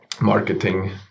marketing